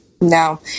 No